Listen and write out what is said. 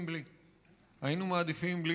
היינו מעדיפים בלי,